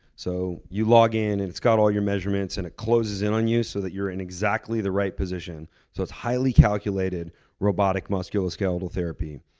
so you log in and it's got all your measurements, and it closes on you so that you're in exactly the right position, so it's highly calculated robotic musculoskeletal therapy.